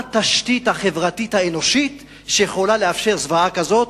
מה התשתית החברתית האנושית שיכולה לאפשר זוועה כזאת.